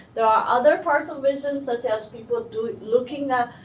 there are other parts of vision such as people doing looking at,